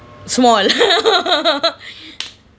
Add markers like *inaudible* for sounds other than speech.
small *laughs*